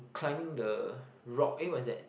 climbing the rock eh what is that